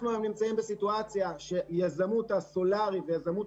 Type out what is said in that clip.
אנחנו היום נמצאים בסיטואציה שהיזמות הסולארית ויזמות